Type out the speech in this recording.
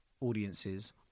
audiences